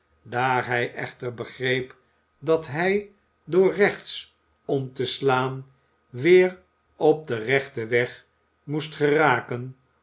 daar hij echter begreep dat hij door rechts om te slaan weer op den rechten weg moest geraken